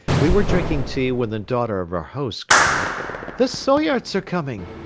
we were drinking tea when the daughter of our host cried the soyots are coming!